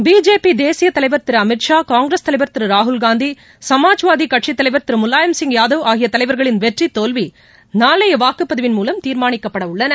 BJP தேசிய தலைவர் திரு அமித்ஷா காங்கிரஸ் தலைவர் திரு ராகுல்காந்தி சமாஜ்வாதி கட்சித் தலைவர் திரு முலாயம்சிங் யாதவ் ஆகிய தலைவர்களின் வெற்றித்தோல்வி நாளைய வாக்குப்பதிவின் மூலம் தீர்மானிக்கப்பட உள்ளன